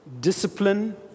discipline